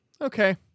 Okay